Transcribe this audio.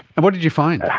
and what did you find?